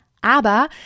Aber